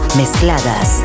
mezcladas